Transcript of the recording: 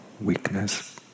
weakness